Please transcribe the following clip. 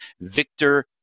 Victor